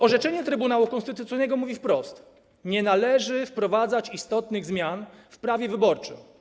Orzeczenie Trybunału Konstytucyjnego mówi wprost: nie należy wprowadzać istotnych zmian w prawie wyborczym.